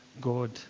God